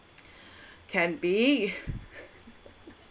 can be